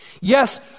Yes